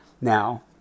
now